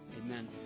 Amen